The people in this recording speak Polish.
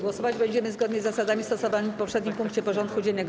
Głosować będziemy zgodnie z zasadami stosowanymi w poprzednim punkcie porządku dziennego.